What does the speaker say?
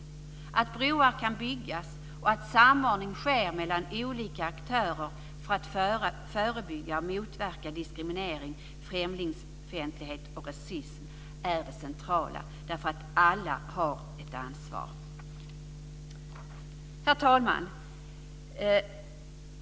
Det är viktigt att broar kan byggas och att samordning sker mellan olika aktörer för att förebygga och motverka diskriminering, främlingsfientlighet och rasism. Alla har ett ansvar. Herr talman!